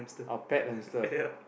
oh pet hamster